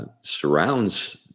surrounds